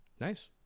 Nice